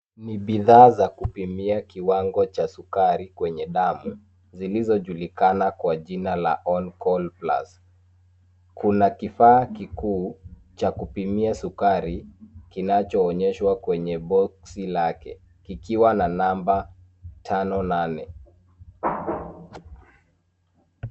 Ni bidhaa za kupimia kiwango cha sukari kwenye damu zilizojulikana kwa jina la On Call Plus . Kuna kifaa kikuu cha kupimia sukari kinachoonyeshwa kwenye boksi lake kikiwa na namba 58.